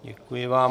Děkuji vám.